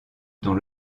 dont